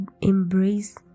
embrace